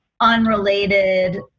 unrelated